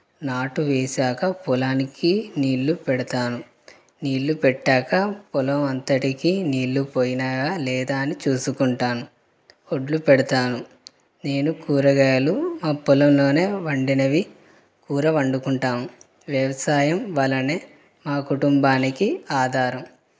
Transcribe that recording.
నాటు వేశాక పొలానికి నీళ్ళు పెడతాను నీళ్ళు పెట్టాక పొలం అంతటికీ నీళ్ళు పోయినాయా లేదా అని చూసుకుంటాను వడ్లు పెడతాను నేను కూరగాయలు మా పొలంలోనే వండినవి కూర వండుకుంటాము వ్యవసాయం వలనే మా కుటుంబానికి ఆధారం